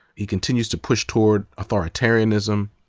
he continues to push toward authoritarianism.